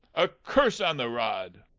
a curse on the rod!